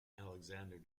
alexander